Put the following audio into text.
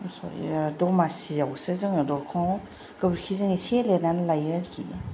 दमासिआवसो जों दरखंआव गोबोरखिजों एसे लिरनानै लायो आरोखि